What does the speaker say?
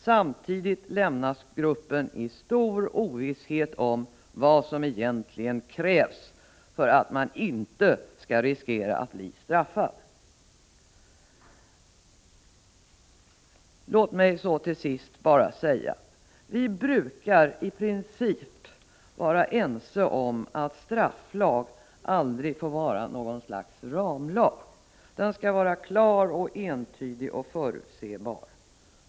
Samtidigt lämnas dessa personer i stor ovisshet om vad som egentligen krävs för att man inte skall riskera att bli straffad. Låt mig till sist bara säga: Vi brukar i princip vara ense om att strafflag aldrig får vara något slags ramlag. Den skall vara klar, entydig och förutsebar.